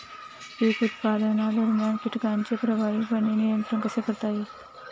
पीक उत्पादनादरम्यान कीटकांचे प्रभावीपणे नियंत्रण कसे करता येईल?